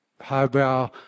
highbrow